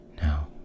Now